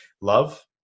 love